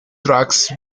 tracks